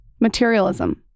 materialism